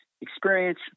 experience